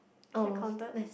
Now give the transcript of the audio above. is that counted